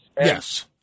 Yes